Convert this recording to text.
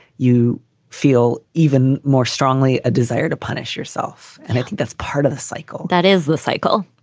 you feel even more strongly a desire to punish yourself. and i think that's part of the cycle. that is the cycle.